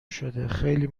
شده، خیلی